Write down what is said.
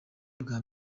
bwa